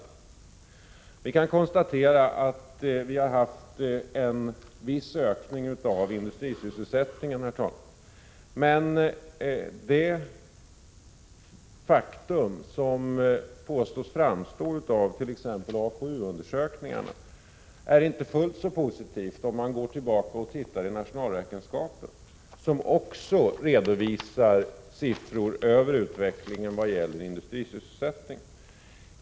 Vi kan konstarera att vi har haft en viss ökning av industrisysselsättningen, herr talman. Men det faktum som påstås framstå av t.ex. AKU-undersökningarna är inte fullt så positivt om man går tillbaka och tittar i nationalräkenskaperna där det också redovisas siffror över utvecklingen vad gäller industrisysselsättningen.